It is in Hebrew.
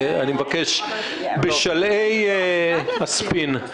בשלהי הספין,